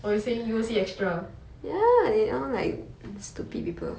oh you saying U_O_C extra